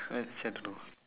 uh actually I don't know